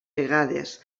vegades